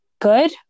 good